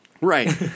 Right